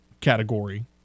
category